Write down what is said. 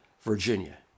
virginia